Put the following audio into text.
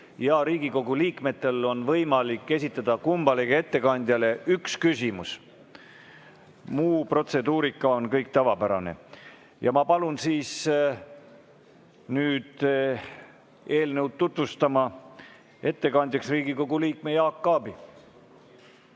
ja Riigikogu liikmetel on võimalik esitada kummalegi ettekandjale üks küsimus. Muu protseduurika on kõik tavapärane. Ja ma palun nüüd eelnõu tutvustama Riigikogu liikme Jaak Aabi.